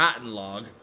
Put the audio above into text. log